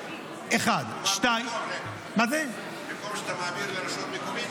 1. 2. --- במקום שאתה מעביר לרשות מקומית,